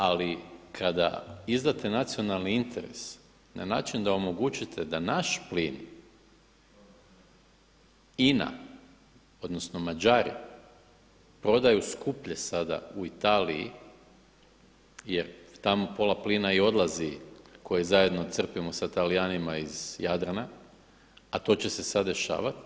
Ali kada izdate nacionalni interes na način da omogućite da naš plin INA, odnosno Mađari prodaju skuplje sada u Italiji jer tamo pola plina i odlazi koje zajedno crpimo sa Talijanima iz Jadrana, a to će se sad dešavati.